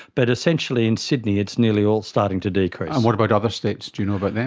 but essentially in sydney it is nearly all starting to decrease. and what about other states, do you know about them?